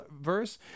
verse